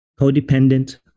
codependent